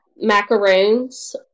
macaroons